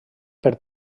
per